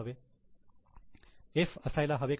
'F' असायला हवे का